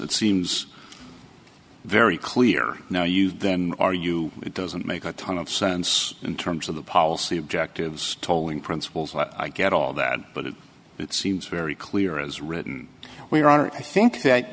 it seems very clear now you then are you it doesn't make a ton of sense in terms of the policy objectives tolling principles and i get all that but it seems very clear as written we're on i think that